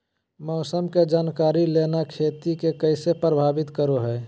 मौसम के जानकारी लेना खेती के कैसे प्रभावित करो है?